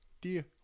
Dear